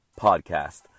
podcast